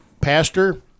pastor